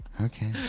Okay